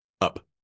Up